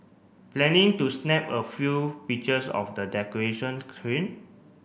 planning to snap a few pictures of the decoration train